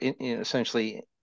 essentially